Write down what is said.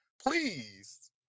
please